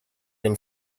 been